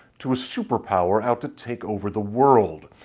to a superpower out to take over the world.